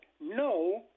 no